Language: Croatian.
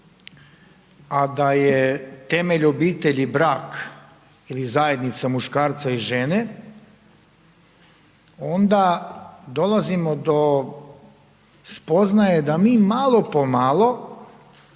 a da je temelj obitelji brak ili zajednica muškarca i žene, onda dolazimo do spoznaje, da mi malo po malo,